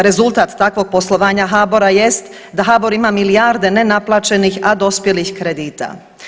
Rezultat takvog poslovanja HBOR-a jest da HBOR ima milijarde nenaplaćenih, a dospjelih kredita.